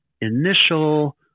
initial